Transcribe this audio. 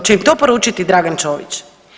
Hoće im to poručiti Dragan Čović?